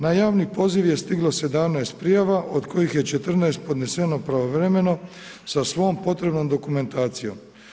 Na javni poziv je stiglo 17 prijava od kojih je 14 podneseno pravovremeno sa svom potrebnom dokumentacijom.